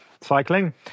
cycling